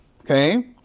okay